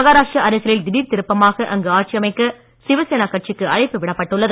மகாராஷ்டிரா அரசியலில் திடீர் திருப்பமாக அங்கு ஆட்சி அமைக்க சிவசேனா கட்சிக்கு அழைப்பு விடப்பட்டுள்ளது